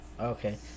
Okay